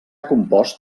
compost